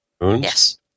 Yes